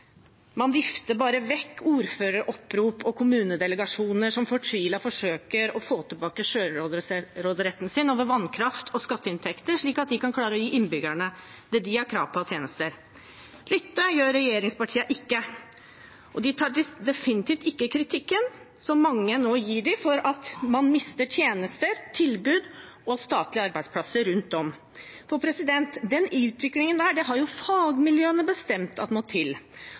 Man vifter bare vekk ordføreropprop og kommunedelegasjoner som fortvilet forsøker å få tilbake selvråderetten over vannkraft og skatteinntekter, slik at de kan klare å gi innbyggerne det de har krav på av tjenester. Lytte gjør regjeringspartiene ikke. Og de tar definitivt ikke kritikken som mange nå gir dem, for at man mister tjenester, tilbud og statlige arbeidsplasser rundt om – for den utviklingen har jo fagmiljøene bestemt at må til,